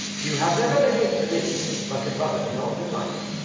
you have never behaved to me like a brother in all your life.